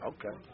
Okay